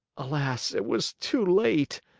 alas! it was too late.